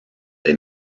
they